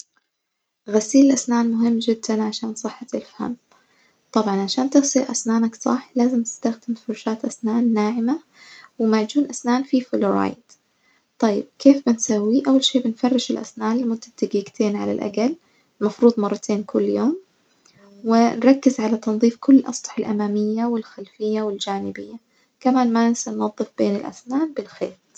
غسيل الأسنان مهم جدًا عشان صحة الفم، طبعًا عشان تغسل أسنانك صح لازم تستخدم فرشاة أسنان ناعمة ومعجون أسنان فيه فلورايد، طيب كيف هنسوي؟ أول شي بنفرش الأسنان لمدة دجيجتين على الأجل، مفروض مرتين كل يوم، ونركز على تنظيف كل الأسطح الأمامية والخلفية والجانبية، كمان ما ننسى ننظف بين الأسنان بالخيط.